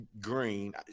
green